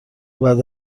بعد